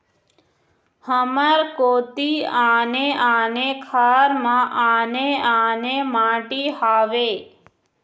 हमर कोती आने आने खार म आने आने माटी हावे?